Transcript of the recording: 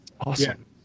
Awesome